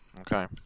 Okay